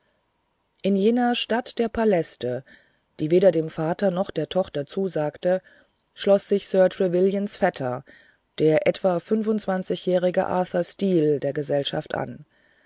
in jener stadt der paläste die weder dem vater noch der tochter zusagte schloß sich sir trevelyans vetter der etwa fünfundzwanzigjährige arthur steel der gesellschaft an